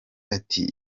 ati